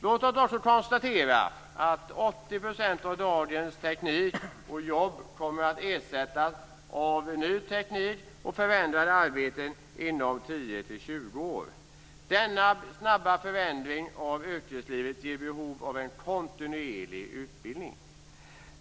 Låt oss också konstatera att 80 % av dagens teknik och jobb kommer att ersättas av ny teknik och förändrade arbeten inom 10-20 år. Denna snabba förändring av yrkeslivet ger behov av en kontinuerlig utbildning.